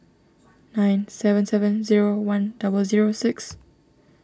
nine seven seven zero one double zero six